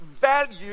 value